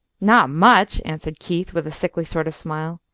not much, answered keith, with a sickly sort of smile.